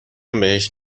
بهش